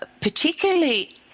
particularly